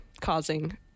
causing